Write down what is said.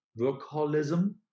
workaholism